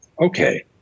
okay